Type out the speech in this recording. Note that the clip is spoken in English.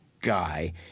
guy